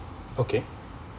okay